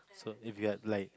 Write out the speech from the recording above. so if you had like